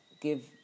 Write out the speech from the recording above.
give